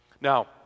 Now